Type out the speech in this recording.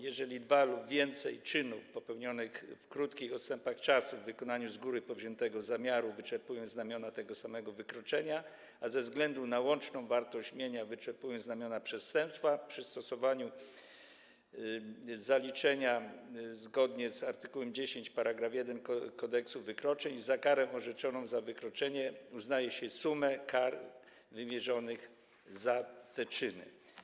Jeżeli dwa lub więcej czynów, popełnionych w krótkich odstępach czasu w wykonaniu z góry powziętego zamiaru, wyczerpuje znamiona tego samego wykroczenia, a ze względu na łączną wartość mienia wyczerpują znamiona przestępstwa, przy stosowaniu zaliczenia zgodnie z art. 10 § 1 Kodeksu wykroczeń, za karę orzeczoną za wykroczenie uznaje się sumę kar wymierzonych za te czyny.